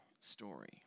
story